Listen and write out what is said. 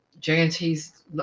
JNT's